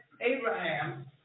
Abraham